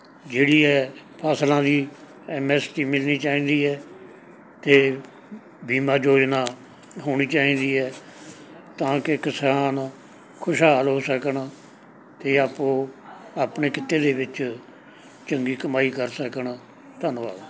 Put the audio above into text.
ਜਿਹੜੀ ਹੈ ਫਸਲਾਂ ਦੀ ਐਮ ਐਸ ਪੀ ਮਿਲਣੀ ਚਾਹੀਦੀ ਹੈ ਤੇ ਬੀਮਾ ਯੋਜਨਾ ਹੋਣੀ ਚਾਹੀਦੀ ਹੈ ਤਾਂ ਕਿ ਕਿਸਾਨ ਖੁਸ਼ਹਾਲ ਹੋ ਸਕਣ ਤੇ ਆਪੋ ਆਪਣੇ ਕਿੱਤੇ ਦੇ ਵਿੱਚ ਚੰਗੀ ਕਮਾਈ ਕਰ ਸਕਣ ਧੰਨਵਾਦ